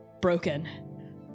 broken